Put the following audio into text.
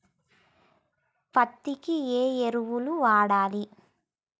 పత్తి కి ఏ ఎరువులు వాడాలి?